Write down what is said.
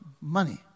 money